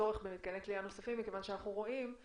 והצורך במתקני כליאה נוספים בגלל שאנחנו רואים,